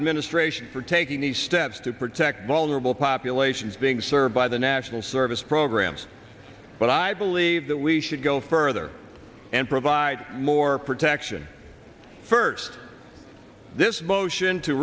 administration for taking these steps to protect vulnerable populations being served by the national service programs but i believe that we should go further and provide more protection first this motion to